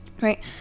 right